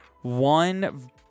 One